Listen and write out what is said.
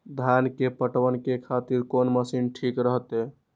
धान के पटवन के खातिर कोन मशीन ठीक रहते?